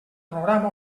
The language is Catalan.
programa